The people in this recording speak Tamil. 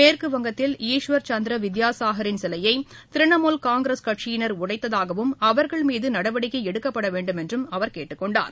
மேற்குவங்கத்தில் ஈஸ்வர் சந்த்ரா வித்யாசாஹின் சிலையை திரிணமூல் காங்கிரஸ் கட்சியினர் உடைத்ததாகவும் அவர்கள் மீது நடவடிக்கை எடுக்கப்பட வேண்டுமென்றும் அவர் கேட்டுக் கொண்டார்